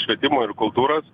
švietimo ir kultūros